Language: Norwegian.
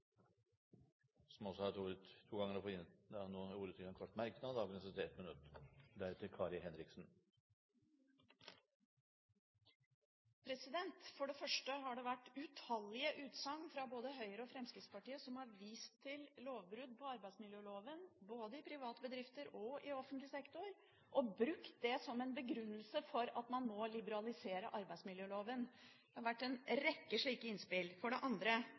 har hatt ordet to ganger tidligere og får ordet til en kort merknad, begrenset til 1 minutt. For det første har det vært utallige utsagn fra både Høyre og Fremskrittspartiet der man har vist til lovbrudd på arbeidsmiljøloven både i private bedrifter og i offentlig sektor, og man har brukt det som en begrunnelse for at man må liberalisere arbeidsmiljøloven. Det har vært en rekke slike innspill. Det andre